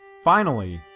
finally,